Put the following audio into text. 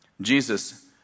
Jesus